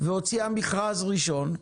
והוציאה מכרז ראשון.